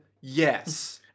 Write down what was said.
yes